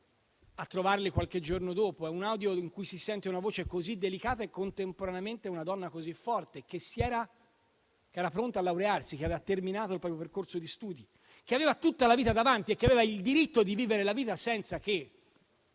a trovarli qualche giorno dopo. È un audio in cui si sente una voce così delicata e contemporaneamente una donna così forte, che era pronta a laurearsi, aveva terminato il proprio percorso di studi, aveva tutta la vita davanti e aveva il diritto di viverla senza che